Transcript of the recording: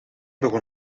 begon